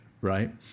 right